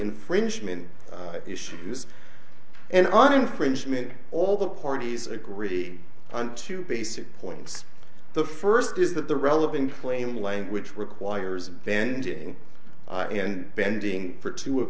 infringement issues and on infringement all the parties agree on two basic points the first is that the relevant claim language requires bending and bending for two of